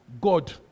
God